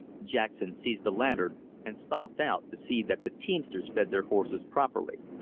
jackson seized a lantern and stumped out to see that the teamsters fed their horses properly.